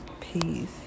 Peace